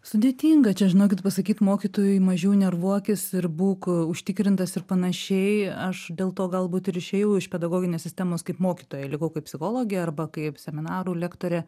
sudėtinga čia žinokit pasakyt mokytojui mažiau nervuokis ir būk užtikrintas ir panašiai aš dėl to galbūt ir išėjau iš pedagoginės sistemos kaip mokytoja likau kaip psichologė arba kaip seminarų lektorė